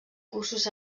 cursos